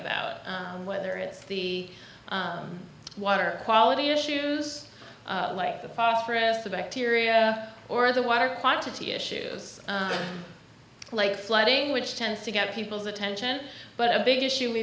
about whether it's the water quality issues like the phosphorous the bacteria or the water quantity issues like flooding which tends to get people's attention but a big issue